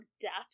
depth